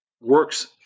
works